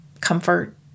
comfort